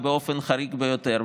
ובאופן חריג ביותר,